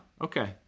Okay